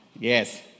Yes